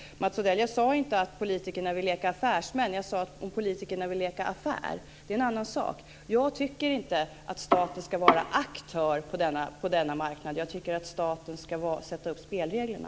Mats Odell! Jag sade inte att politikerna vill leka affärsmän. Jag sade att politikerna vill leka affär. Det är en annan sak. Jag tycker inte att staten ska vara aktör på denna marknad. Jag tycker att staten ska sätta upp spelreglerna.